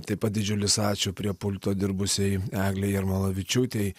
taip pat didžiulis ačiū prie pulto dirbusiai eglei jarmalavičiūtei